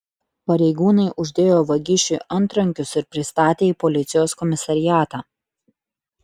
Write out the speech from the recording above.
pareigūnai uždėjo vagišiui antrankius ir pristatė į policijos komisariatą